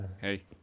Hey